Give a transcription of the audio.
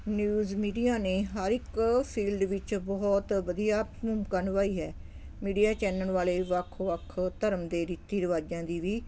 news media ਨੇ ਹਰ ਇੱਕ ਫੀਲਡ ਵਿੱਚ ਬਹੁਤ ਵਧੀਆ ਭੂਮਿਕਾ ਨਿਭਾਈ ਹੈ ਮੀਡੀਆ ਚੈਨਲ ਵਾਲੇ ਵੱਖ ਵੱਖ ਧਰਮ ਦੇ ਰੀਤੀ ਰਿਵਾਜ਼ਾਂ ਦੀ ਵੀ